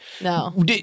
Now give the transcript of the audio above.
No